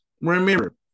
remember